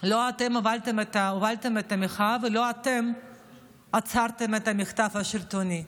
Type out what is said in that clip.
לא אתם הובלתם את המחאה ולא אתם עצרתם את המחטף השלטוני.